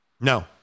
No